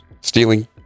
stealing